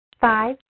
Five